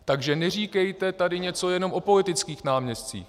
Takže neříkejte tady něco jenom o politických náměstcích.